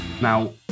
Now